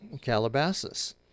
Calabasas